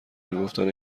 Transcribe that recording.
میگفتند